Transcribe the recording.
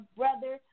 brother